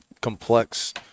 complex